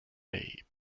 babe